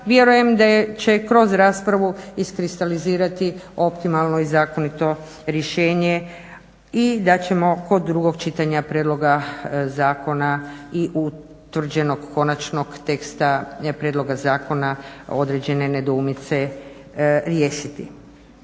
vjerujem da će kroz raspravu iskristalizirati optimalno i zakonito rješenje i da ćemo kod drugog čitanja prijedloga zakona i utvrđenog konačnog teksta prijedloga zakona određene nedoumice riješiti.